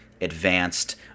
advanced